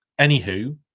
Anywho